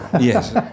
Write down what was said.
Yes